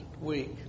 week